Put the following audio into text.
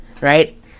right